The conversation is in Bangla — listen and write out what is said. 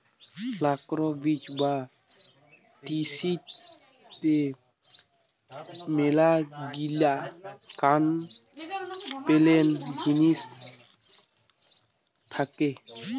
ফ্লাক্স বীজ বা তিসিতে মেলাগিলা কান পেলেন জিনিস থাকে